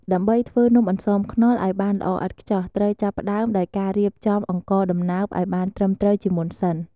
ដើម្បីធ្វើនំអន្សមខ្នុរឱ្យបានល្អឥតខ្ចោះ ត្រូវចាប់ផ្តើមដោយការរៀបចំអង្ករដំណើបឱ្យបានត្រឹមត្រូវជាមុនសិន។